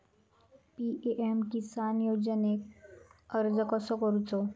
PM Kisan योजनेक अर्ज कसो करायचो?